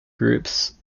groups